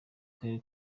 karere